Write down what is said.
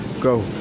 go